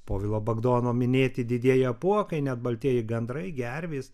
povilo bagdono minėti didieji apuokai net baltieji gandrai gervės